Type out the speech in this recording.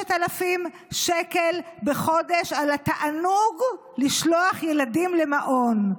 6,000 שקל בחודש על התענוג לשלוח ילדים למעון.